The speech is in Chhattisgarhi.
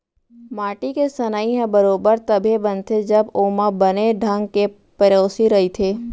माटी के सनई ह बरोबर तभे बनथे जब ओमा बने ढंग के पेरौसी रइथे